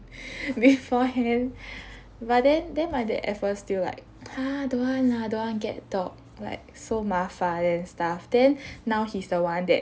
beforehand but then then my dad at first still like ah don't want lah don't want to get a dog like so 麻烦 and stuff then now he's the one that